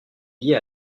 liée